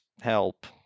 help